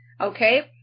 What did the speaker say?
okay